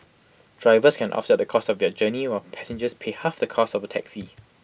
drivers can offset the cost of their journey while passengers pay half the cost of A taxi